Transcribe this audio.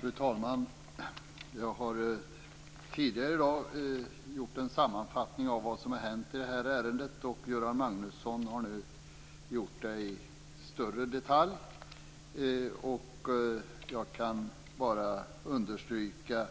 Fru talman! Jag har tidigare i dag gjort en sammanfattning av vad som har hänt i det här ärendet. Göran Magnusson har nu gjort det i större detalj. Jag kan bara understryka